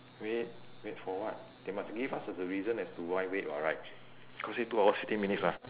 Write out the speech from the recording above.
wait wait for what they must give us as a reason as to why wait [what] right cause say two hours fifteen minutes [what]